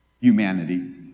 Humanity